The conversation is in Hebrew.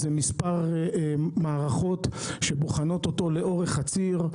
יש מספר מערכות שבוחנות אותו לאורך הציר.